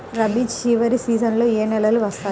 రబీ చివరి సీజన్లో ఏ నెలలు వస్తాయి?